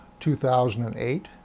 2008